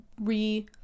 re